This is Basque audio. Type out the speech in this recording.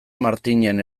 martinen